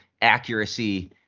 accuracy